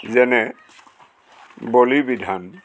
যেনে বলি বিধান